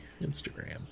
instagram